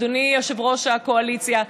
אדוני יושב-ראש הקואליציה,